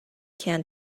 can